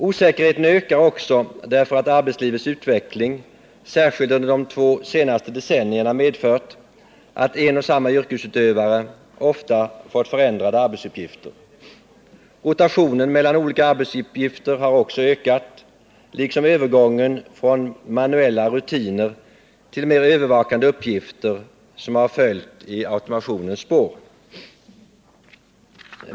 Osäkerheten ökar också därför att arbetslivets utveckling särskilt under de två senaste decennierna har medfört att en och samma yrkesutövare ofta fått förändrade arbetsuppgifter. Även rotationen mellan olika arbetsuppgifter har ökat liksom övergången från manuella rutiner till mer övervakande uppgifter, som har följt i automationens spår.